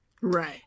right